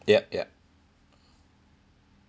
yep yep